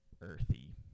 earthy